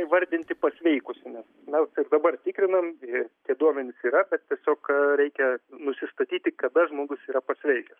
įvardinti pasveikusi nes mes ir dabar tikrinam ir tie duomenys yra bet tiesiog reikia nusistatyti kada žmogus yra pasveikęs